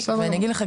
ואני אגיד לך,